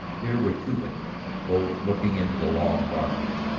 here were two windows, both looking into the long barroom,